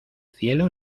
cielo